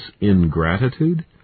ingratitude